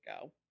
go